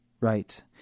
right